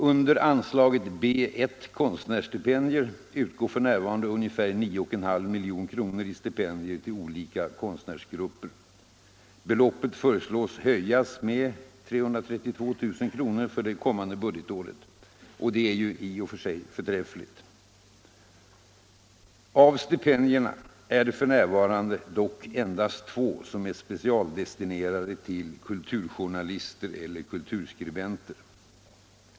Under anslaget B 1, Konstnärsstipendier, utgår f. n. ungefär 9,5 milj.kr. i stipendier till olika konstnärsgrupper. Beloppet föreslås bli höjt med 332 000 kr. för kommande budgetår, och detta är i och för sig förträffligt. Av stipendierna är f. n. dock endast två specialdestinerade till kulturjournalister eller kulturskribenter.